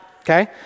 okay